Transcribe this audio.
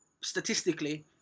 statistically